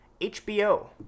HBO